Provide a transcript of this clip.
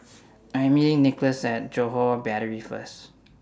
I Am meeting Nicklaus At Johore Battery First